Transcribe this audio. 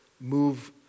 move